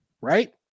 right